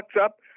up